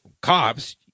cops